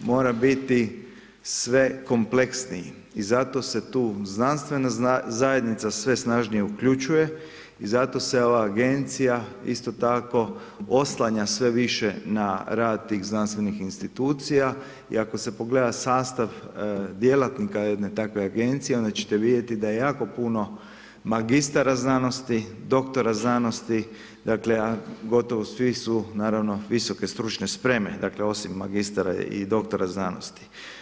mora biti sve kompleksniji i zato se tu znanstvena zajednica, sve snažnije uključuje i zato se ova agencija, isto tako oslanja sve više na rad tih znanstvenih institucije, i ako se pogled sastav djelatnika jedne takve agencije, onda ćete vidjeti da je jako puno magistara znanosti, doktora znanosti, a gotovo svi su naravno visoke stručne spreme, osim magistara i doktora znanosti.